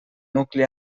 nucli